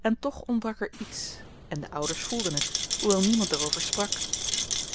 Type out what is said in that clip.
en toch ontbrak er iets en de ouders voelden het hoewel niemand er over sprak